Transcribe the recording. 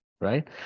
right